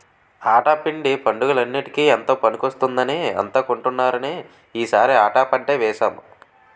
ఆటా పిండి పండగలన్నిటికీ ఎంతో పనికొస్తుందని అంతా కొంటున్నారని ఈ సారి ఆటా పంటే వేసాము